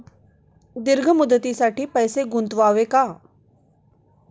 दीर्घ मुदतीसाठी पैसे गुंतवावे का?